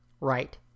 right